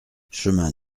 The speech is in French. chemin